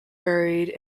buried